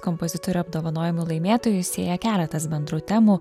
kompozitorių apdovanojimų laimėtojus sieja keletas bendrų temų